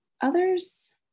others